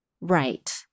Right